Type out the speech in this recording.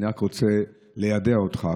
אז אני רק רוצה ליידע אותך,